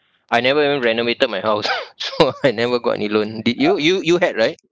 I never even renovated my house so I never got any loan did you you you had right